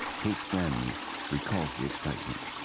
kate's grandniece recalls the excitement.